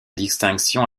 distinctions